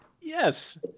Yes